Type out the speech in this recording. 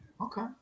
Okay